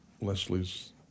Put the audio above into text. Leslie's